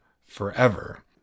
forever